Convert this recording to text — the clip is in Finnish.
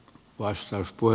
kiitos